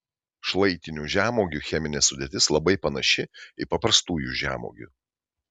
šlaitinių žemuogių cheminė sudėtis labai panaši į paprastųjų žemuogių